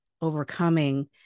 overcoming